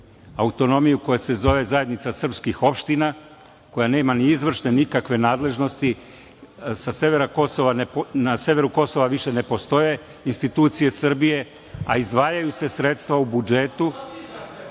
autonomiju koja se zove Zajednica srpskih opština, koja nema ni izvršne, nikakve nadležnosti. Na severu Kosova više ne postoje institucije Srbije, a izdvajaju se sredstva u budžetu